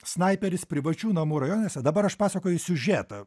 snaiperis privačių namų rajonuose dabar aš pasakoju siužetą